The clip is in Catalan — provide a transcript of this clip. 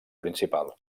principal